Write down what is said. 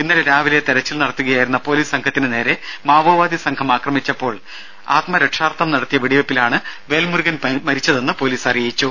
ഇന്നലെ രാവിലെ തെരച്ചിൽ നടത്തുകയായിരുന്ന പൊലിസ് സംഘത്തിന് നേരെ മാവോവാദി സംഘം ആക്രമിച്ചപ്പോൾ ആത്മരക്ഷാർഥം നടത്തിയ വെടിവെയ്പിലാണ് വേൽമുരുകൻ മരിച്ചതെന്ന് പൊലീസ് അറിയിച്ചു